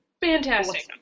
Fantastic